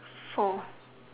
four